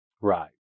right